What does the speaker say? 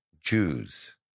Jews